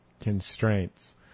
constraints